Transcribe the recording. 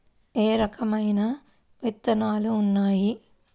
ఏ రకమైన విత్తనాలు ఉన్నాయి?